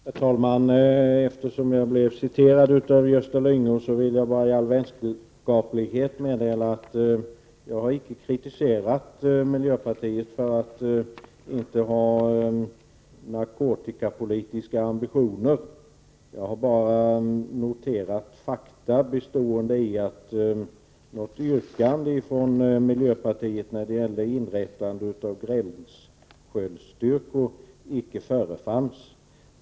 Herr talman! Eftersom jag blev citerad av Gösta Lyngå vill jag bara i all vänskaplighet meddela att jag icke har kritiserat miljöpartiet för att sakna narkotikapolitiska ambitioner. Jag har bara noterat fakta, att något yrkande från miljöpartiet när det gällde inrättandet av gränsskyddsstyrkor icke förefanns.